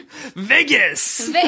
Vegas